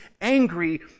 angry